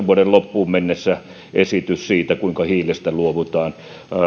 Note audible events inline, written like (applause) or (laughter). (unintelligible) vuoden kaksituhattayhdeksäntoista loppuun mennessä esitys siitä kuinka hiilestä luovutaan